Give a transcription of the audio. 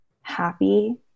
happy